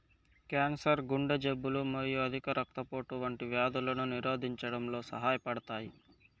cancer, గుండె జబ్బులు మరియు అధిక రక్తపోటు వంటి వ్యాధులను నిరోధించడంలో సహాయపడతాయి